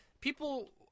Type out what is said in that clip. people